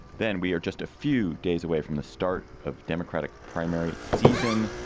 then we are just a few days away from the start of democratic primary season.